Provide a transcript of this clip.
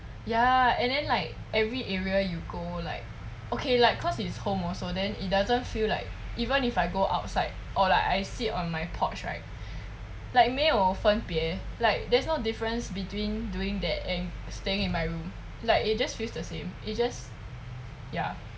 ya and then like every area you go like okay like cause it is home also then it doesn't feel like even if I go outside or like I sit on my porch right like 沒有分别 like there's no difference between doing that and staying in my room like it just feels the same it just ya